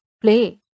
play